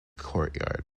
courtyard